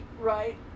right